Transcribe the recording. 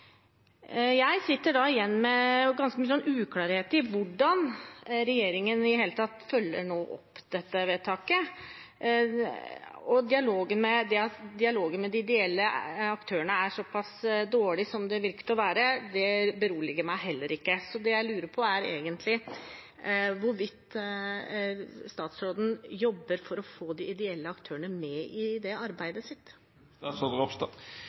Jeg sitter da igjen med ganske mye uklarhet knyttet til hvordan regjeringen i det hele tatt følger opp dette vedtaket nå. At dialogen med de ideelle aktørene er såpass dårlig som den virket å være, beroliger meg heller ikke, så jeg lurer på hvorvidt statsråden jobber for å få de ideelle aktørene med i arbeidet sitt. Det